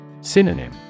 Synonym